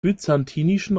byzantinischen